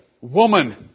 woman